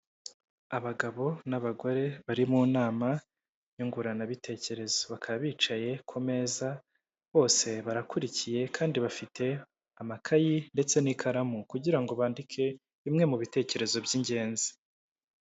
Abagabo n'abagore bari mu nama nyunguranabitekerezo, bakaba bicaye ku meza bose barakurikiye kandi bafite amakayi ndetse n'ikaramu kugira ngo bandike bimwe mu bitekerezo by'ingenzi.